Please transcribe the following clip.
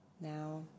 Now